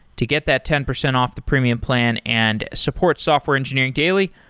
to get that ten percent off the premium plan and support software engineering daily,